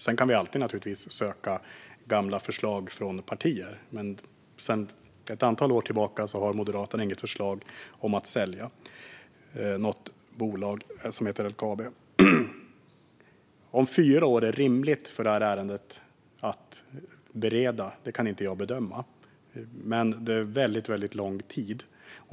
Vi kan naturligtvis alltid söka upp gamla förslag från partier, men sedan ett antal år tillbaka har Moderaterna inget förslag om att sälja något bolag som heter LKAB. Om fyra år är en rimlig tid för att bereda det här ärendet kan jag inte bedöma, men det är väldigt lång tid.